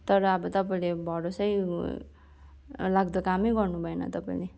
तर अब तपाईँले भरोसालाग्दो कामै गर्नु भएन तपाईँले